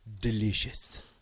delicious